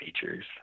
features